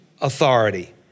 authority